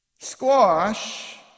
Squash